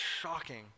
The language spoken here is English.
shocking